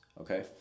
okay